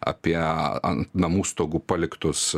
apie ant namų stogų paliktus